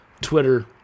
Twitter